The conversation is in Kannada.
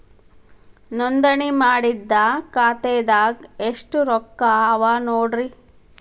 ನೋಂದಣಿ ಮಾಡಿದ್ದ ಖಾತೆದಾಗ್ ಎಷ್ಟು ರೊಕ್ಕಾ ಅವ ನೋಡ್ರಿ